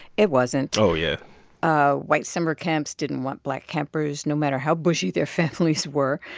it wasn't oh, yeah ah white summer camps didn't want black campers, no matter how bougie their families were.